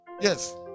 Yes